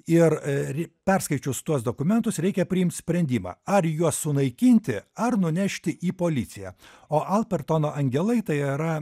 ir e perskaičius tuos dokumentus reikia priimt sprendimą ar juos sunaikinti ar nunešti į policiją o alpertono angelai tai yra